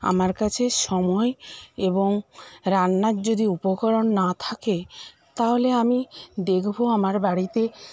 আমার কাছে সময় এবং রান্নার যদি উপকরণ না থাকে তাহলে আমি দেখবো আমার বাড়িতে